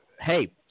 hey